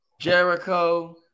Jericho